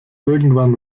irgendwann